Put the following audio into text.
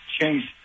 changed